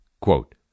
Quote